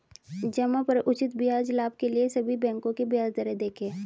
जमा पर उचित ब्याज लाभ के लिए सभी बैंकों की ब्याज दरें देखें